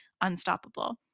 unstoppable